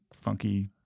funky